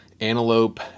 antelope